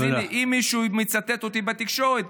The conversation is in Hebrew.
אז אם מישהו מצטט אותי בתקשורת,